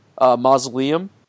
mausoleum